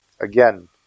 Again